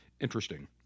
interesting